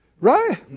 right